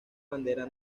bandera